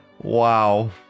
Wow